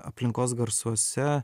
aplinkos garsuose